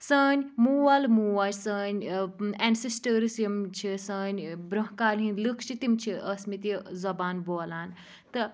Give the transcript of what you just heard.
سٲنۍ مول موج سٲنۍ ٲں ایٚنسِسٹٲرٕس یِم چھِ سٲنۍ برٛونٛہہ کالہِ ہِنٛدۍ لوٗکھ چھِ تِم چھِ ٲسۍ مِتۍ یہِ زبان بولان تہٕ